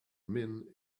men